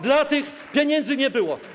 Dla tych pieniędzy nie było.